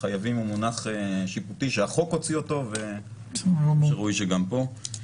חייבים הוא מונח שיפוטי שהחוק הוציא אותו ושראוי שגם פה.